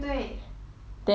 !wah! 真的是